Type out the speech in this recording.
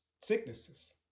sicknesses